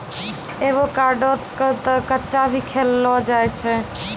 avocado क तॅ कच्चा भी खैलो जाय छै